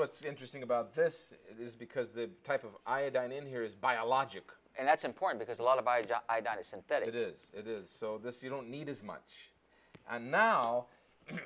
what's interesting about this is because the type of iodine in here is biologic and that's important because a lot of idea that it is it is so this you don't need as much and now